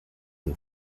and